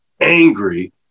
angry